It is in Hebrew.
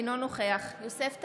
אינו נוכח יוסף טייב,